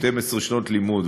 12 שנות לימוד,